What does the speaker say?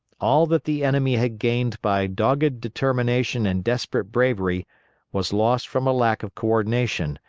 all that the enemy had gained by dogged determination and desperate bravery was lost from a lack of co-ordination,